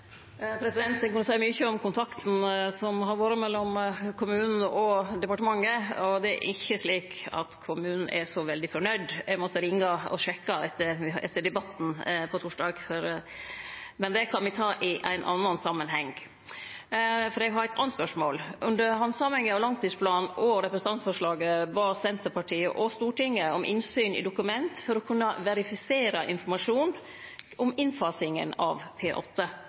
mykje om kontakten som har vore mellom kommunen og departementet, og det er ikkje slik at kommunen er så veldig fornøgd. Eg måtte ringje og sjekke etter debatten på torsdag. Men det kan me ta i ein annan samanheng. Eg har eit anna spørsmål. Under handsaminga av langtidsplanen og representantforslaget bad Senterpartiet og Stortinget om innsyn i dokument for å kunne verifisere informasjon om innfasinga av